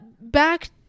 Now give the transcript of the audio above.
back